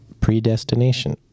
Predestination